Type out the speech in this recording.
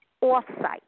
off-site